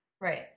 Right